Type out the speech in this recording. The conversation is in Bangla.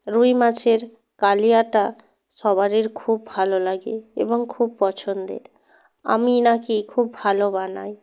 রুই মাছের কালিয়াটা সবারির খুব ভালো লাগে এবং খুব পছন্দের আমি নাকি খুব ভালো বানাই